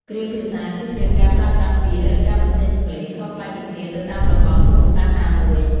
គ្រាមភាសាគឺជាការប្រើប្រាស់ពាក្យ ឬការបញ្ចេញសំឡេងខុសប្លែកពីគ្នាទៅតាមតំបន់ភូមិសាស្ត្រណាមួយ។